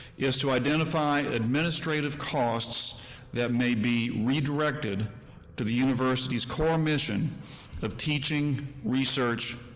is to identify administrative costs that may be redirected to the university's core mission of teaching, research,